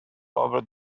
over